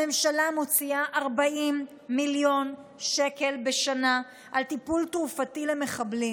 הממשלה מוציאה 40 מיליון שקלים בשנה על טיפול תרופתי למחבלים.